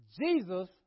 Jesus